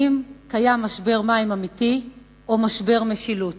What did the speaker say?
האם קיים משבר מים אמיתי, או משבר משילות?